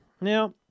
Now